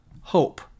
Hope